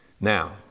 Now